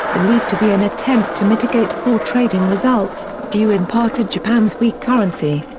believed to be an attempt to mitigate poor trading results, due in part to japan's weak currency.